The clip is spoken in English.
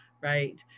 right